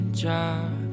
job